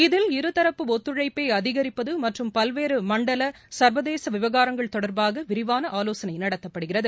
இதில் இருதரப்பு ஒத்துழைப்பை அதிகரிப்பது மற்றும் பல்வேறு மண்டல சர்வதேச விவகாரங்கள் தொடர்பாக விரிவான ஆலோசனை நடத்தப்படுகிறது